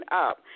Up